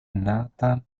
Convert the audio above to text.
nathan